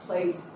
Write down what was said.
Please